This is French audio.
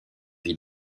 vie